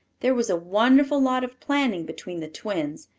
there was a wonderful lot of planning between the twins,